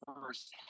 first